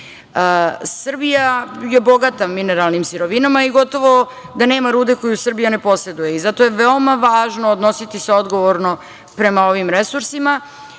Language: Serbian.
Srbija je bogata mineralnim sirovinama i gotovo da nema rude koju Srbija ne poseduje i zato je veoma važno odnositi se odgovorno prema ovim resursima. Kada